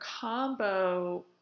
combo